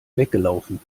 weggelaufen